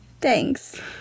Thanks